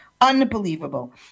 unbelievable